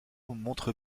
montre